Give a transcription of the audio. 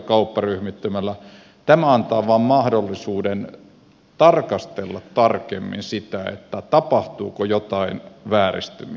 tämä antaa vain mahdollisuuden tarkastella tarkemmin sitä tapahtuuko jotain vääristymiä